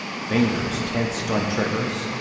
fingers tensed on triggers.